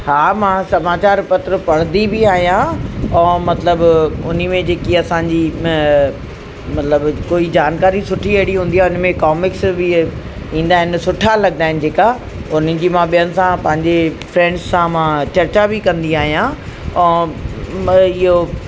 हा मां समाचार पत्र पढ़ंदी बि आहियां और मतिलबु उन में जेकी असांजी मतिलबु कोई जानकारी सुठी अहिड़ी हूंदी आहे उन में कॉमिक्स बि ईंदा आहिनि सुठा लॻंदा आहिनि जेका उन जी मां ॿियनि सां पंहिंजे फ्रैंड सां मां चर्चा बि कंदी आहियां ऐं मां इहो